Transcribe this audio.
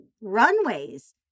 runways